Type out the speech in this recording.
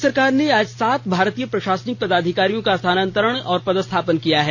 राज्य सरकार ने आज सात भारतीय प्रशासनिक पदाधिकारियों का स्थानांतरण ओर पदस्थापन किया है